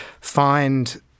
find